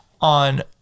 on